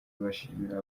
bashimira